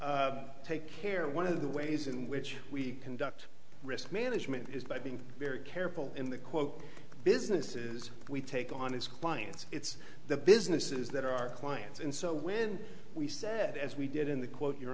we take care one of the ways in which we conduct risk management is by being very careful in the quote businesses we take on his clients it's the businesses that are our clients and so when we said as we did in the quote your